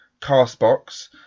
Castbox